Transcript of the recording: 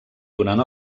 durant